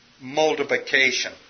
multiplication